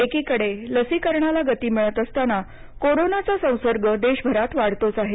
एकीकडे लसीकरणाला गती मिळत असताना कोरोनाचा संसर्ग देशभरात वाढतोच आहे